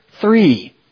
three